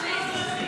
באיזה נושא?